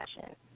session